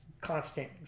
constant